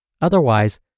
Otherwise